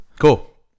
Cool